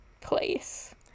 place